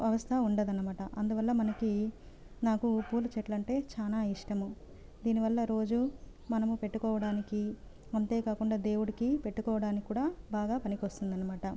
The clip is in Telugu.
అవస్థ ఉండదన్నమాట అందువల్ల మనకి నాకు పూలచెట్లు ఉంటే చాలా ఇష్టము దీనివల్ల రోజు మనము పెట్టుకోవడానికి అంతేకాకుండా దేవుడికి పెట్టుకోవడానికి కూడా బాగా పనికొస్తుంది అన్నమాట